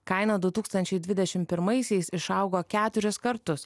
kaina du tūkstančiai dvidešim pirmaisiais išaugo keturis kartus